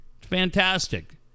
Fantastic